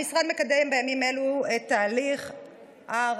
המשרד מקדם בימים אלו את תהליך RIA,